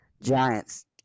Giants